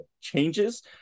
changes